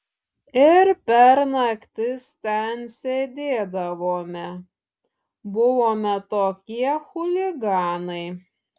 ir per naktis ten sėdėdavome buvome tokie chuliganai